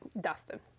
Dustin